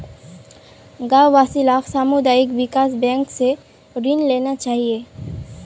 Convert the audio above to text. गांव वासि लाक सामुदायिक विकास बैंक स ऋण लेना चाहिए